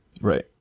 Right